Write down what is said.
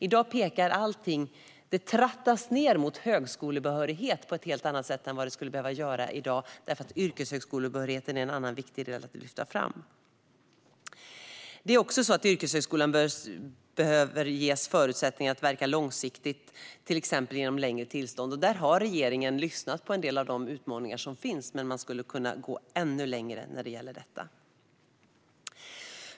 I dag trattas allting ned mot högskolebehörighet på ett sätt som inte skulle behövas, eftersom yrkeshögskolebehörigheten är en annan viktig del att lyfta fram. Yrkeshögskolan behöver också ges förutsättningar att verka långsiktigt, till exempel genom längre tillstånd. Där har regeringen lyssnat på en del av de utmaningar som finns, men man skulle kunna gå ännu längre när det gäller detta.